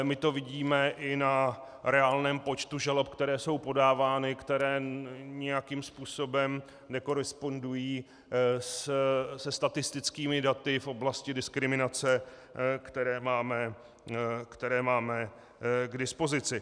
My to vidíme i na reálném počtu žalob, které jsou podávány, které nijakým způsobem nekorespondují se statistickými daty v oblasti diskriminace, které máme k dispozici.